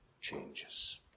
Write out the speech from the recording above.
changes